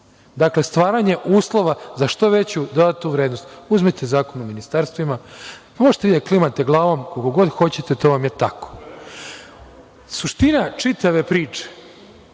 Dakle, stvaranje uslova za što veću dodatnu vrednost. Uzmite Zakon o ministarstvima. Možete vi da klimate glavom koliko god hoćete, to vam je tako. Suština čitave priče